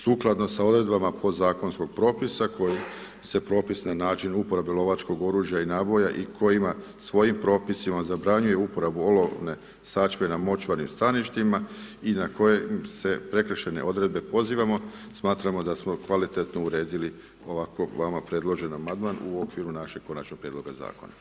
Sukladno sa odredbama podzakonskog propisa koji se propis na način uporabe lovačkog oružja i naboja, i koji svojim propisima zabranjuje uporabu olovne sačme na močvarnim staništima i na koji se prekršajne odredbe pozivamo, smatramo da smo kvalitetno uredili ovako, vama predložen amandman u okviru našeg konačnog prijedloga zakona.